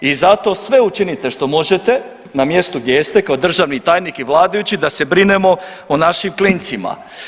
I zato sve učinite što možete na mjestu gdje jeste kao državni tajnik i vladajući da se brinemo o našim klincima.